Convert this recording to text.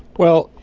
well,